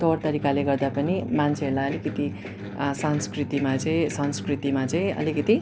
तौरतरिकाले गर्दा पनि मान्छेहरूलाई आलिकति संस्कृतिमा चाहिँ संस्कृतिमा चाहिँ अलिकति